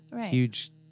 huge